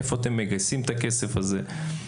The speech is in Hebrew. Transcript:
איפה אתם מגייסים את הכסף הזה?